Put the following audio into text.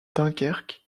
dunkerque